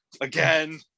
Again